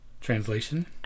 Translation